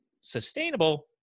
sustainable